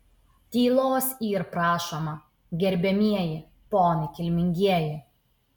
tylos yr prašoma gerbiamieji ponai kilmingieji